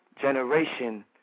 generation